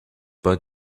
bud